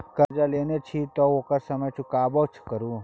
करजा लेने छी तँ ओकरा समय पर चुकेबो करु